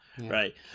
right